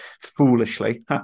foolishly